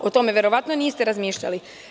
O tome verovatno niste razmišljali.